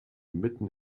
mitten